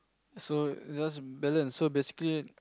so just balance so basically